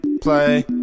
play